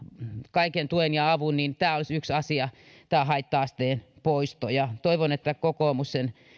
kaiken tuen ja avun niin tämä haitta asteen poisto olisi yksi asia ja toivon että kokoomus sen